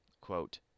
quote